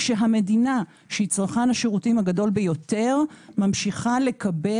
כאשר המדינה שהיא צרכן השירותים הגדול ביותר ממשיכה לקבע